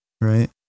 right